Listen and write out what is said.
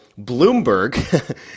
Bloomberg